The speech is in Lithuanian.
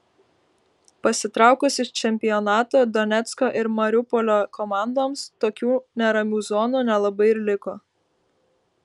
pasitraukus iš čempionato donecko ir mariupolio komandoms tokių neramių zonų nelabai ir liko